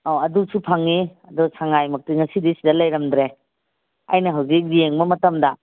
ꯑꯧ ꯑꯗꯨꯁꯨ ꯐꯪꯉꯤ ꯑꯗꯣ ꯁꯉꯥꯏꯃꯛꯇꯤ ꯉꯁꯤꯗꯤ ꯁꯤꯗ ꯂꯩꯔꯝꯗ꯭ꯔꯦ ꯑꯩꯅ ꯍꯧꯖꯤꯛ ꯌꯦꯡꯕ ꯃꯇꯝꯗ